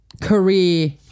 Career